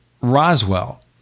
Roswell